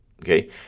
Okay